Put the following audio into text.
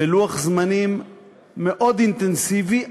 בלוח זמנים מאוד אינטנסיבי,